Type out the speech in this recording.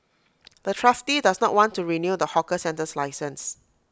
the trustee does not want to renew the hawker centre's license